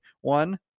one